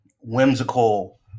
whimsical